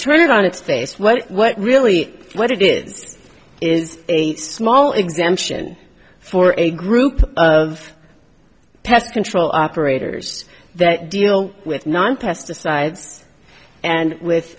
turn it on its face what what really what it is is a small exemption for a group of pest control operators that deal with non pesticides and with